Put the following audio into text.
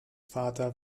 vater